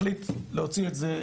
החליט להוציא את זה,